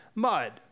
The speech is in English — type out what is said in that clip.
Mud